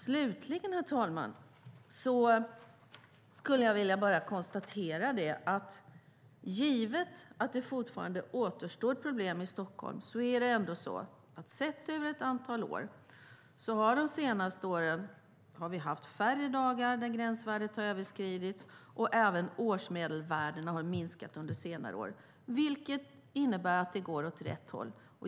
Slutligen, herr talman, skulle jag vilja konstatera att vi, sett över ett antal år och givet att det fortfarande återstår problem i Stockholm, ändå har haft färre dagar då gränsvärdet har överskridits de senaste åren. Även årsmedelvärdena har minskat under senare år. Det innebär att det går åt rätt håll.